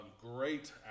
Great